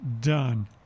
done